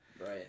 right